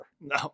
No